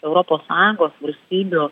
europos sąjungos valstybių